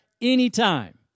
anytime